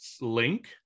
link